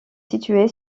située